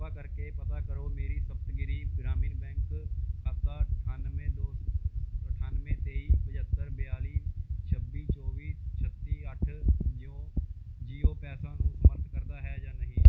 ਕਿਰਪਾ ਕਰਕੇ ਪਤਾ ਕਰੋ ਮੇਰੀ ਸਪਤਗਿਰੀ ਗ੍ਰਾਮੀਣ ਬੈਂਕ ਖਾਤਾ ਅਠਾਨਵੇਂ ਦੋ ਅਠਾਨਵੇਂ ਤੇਈ ਪੰਝੱਤਰ ਬਿਆਲੀ ਛੱਬੀ ਚੌਵੀ ਛੱਤੀ ਅੱਠ ਜੀਉ ਜੀਓ ਪੈਸਾ ਨੂੰ ਸਮਰੱਥ ਕਰਦਾ ਹੈ ਜਾਂ ਨਹੀਂ